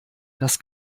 das